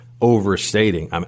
overstating